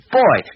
boy